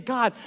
God